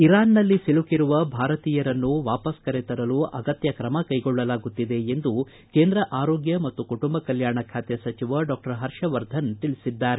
ಇರಾನ್ನಲ್ಲಿ ಸಿಲುಕಿರುವ ಭಾರತೀಯರನ್ನು ವಾಪಸ್ ಕರೆ ತರಲು ಅಗತ್ಯ ಕ್ರಮ ಕೈಗೊಳ್ಳಲಾಗುತ್ತಿದೆ ಎಂದು ಕೇಂದ್ರ ಆರೋಗ್ಯ ಮತ್ತು ಕುಟುಂಬ ಕಲ್ಕಾಣ ಖಾತೆ ಸಚಿವ ಡಾಕ್ಟರ್ ಪರ್ಷವರ್ಧನ್ ತಿಳಿಸಿದ್ದಾರೆ